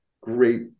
great